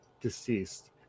deceased